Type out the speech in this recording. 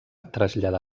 traslladà